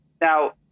Now